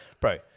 bro